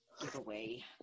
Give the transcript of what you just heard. giveaway